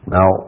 Now